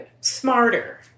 smarter